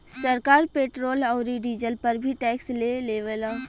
सरकार पेट्रोल औरी डीजल पर भी टैक्स ले लेवेला